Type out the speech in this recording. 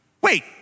Wait